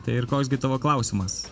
tai ir koks gi tavo klausimas